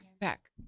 Back